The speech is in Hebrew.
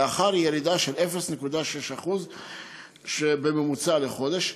לאחר ירידה של 0.6% בממוצע לחודש,